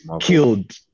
killed